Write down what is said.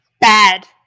Bad